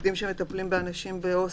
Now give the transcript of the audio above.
אבל להתחיל להעביר את הקוף מאחד לשני?